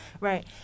right